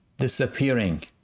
disappearing